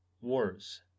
Wars